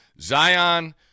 Zion